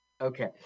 Okay